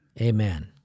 Amen